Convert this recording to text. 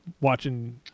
watching